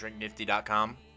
DrinkNifty.com